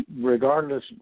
Regardless